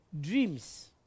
Dreams